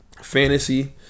Fantasy